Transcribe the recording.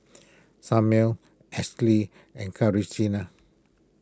Samir Ashley and